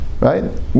Right